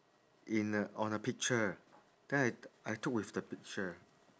in a on a picture then I I took with the picture